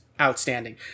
outstanding